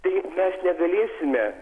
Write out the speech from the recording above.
taip mes negalėsime